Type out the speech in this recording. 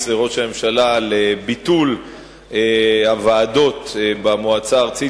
לראש הממשלה על ביטול הוועדות במועצה הארצית,